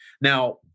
Now